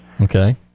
okay